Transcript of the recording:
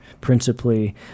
principally